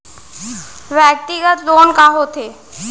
व्यक्तिगत लोन का होथे?